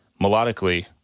melodically